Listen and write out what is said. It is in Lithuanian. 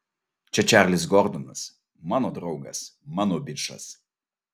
čia čarlis gordonas mano draugas mano bičas